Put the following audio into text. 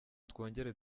twongere